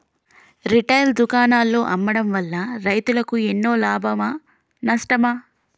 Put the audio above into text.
Retail దుకాణాల్లో అమ్మడం వల్ల రైతులకు ఎన్నో లాభమా నష్టమా?